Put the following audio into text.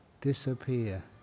disappear